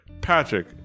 Patrick